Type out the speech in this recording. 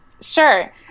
Sure